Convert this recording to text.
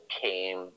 came